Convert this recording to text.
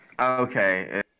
Okay